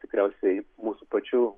tikriausiai mūsų pačių